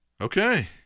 Okay